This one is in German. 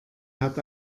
hat